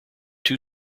two